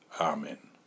Amen